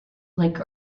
like